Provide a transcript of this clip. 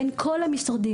בין כל המשרדים.